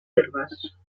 herbes